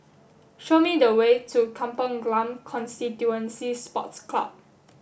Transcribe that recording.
show me the way to Kampong Glam Constituency Sports Club